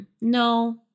no